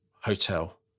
hotel